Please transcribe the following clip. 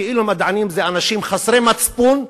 כאילו המדענים הם אנשים חסרי מצפון,